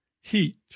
Heat